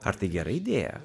ar tai gera idėja